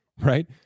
right